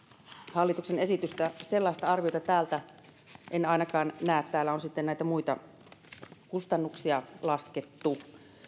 hallituksen esitystä sellaista arviota täältä en ainakaan näe täällä on sitten näitä muita kustannuksia laskettu